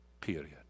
period